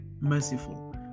merciful